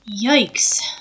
Yikes